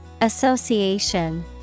Association